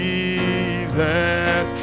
Jesus